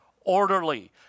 orderly